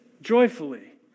joyfully